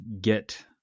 get